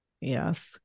Yes